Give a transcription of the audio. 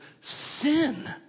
sin